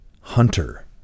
Hunter